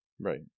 Right